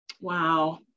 Wow